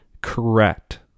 correct